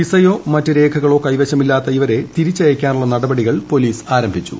വിസയോ മറ്റ് രേഖകളോ കൈവശമില്ലാത്ത ഇവരെ തിരിച്ചയക്കാനുള്ള നടപടികൾ പോലീസ് ആരംഭിച്ചു